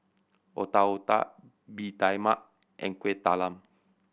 Otak Otak Bee Tai Mak and Kuih Talam